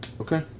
Okay